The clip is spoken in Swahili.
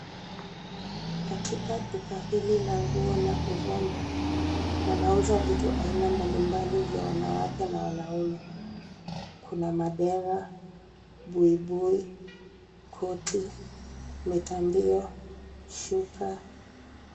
Katika duka hili la nguo la urembo, wanauza vitu aina mbalimbali vya wanawake na wanaume. Kuna madera, buibui, koti, mitandio, shuka.